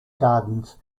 gardens